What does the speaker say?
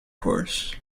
course